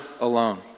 alone